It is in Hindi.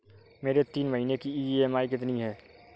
मेरी तीन महीने की ईएमआई कितनी है?